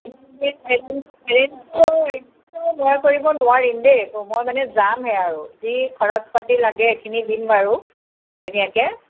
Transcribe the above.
হেৰিটো এৰেঞ্জটো মই কৰিব নোৱাৰিম দেই মই মানে যামহে আৰু যি খৰচ পাতি লাগে এইখিনি দিম বাৰু ধুনীয়াকৈ